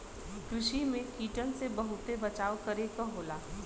कृषि में कीटन से बहुते बचाव करे क होला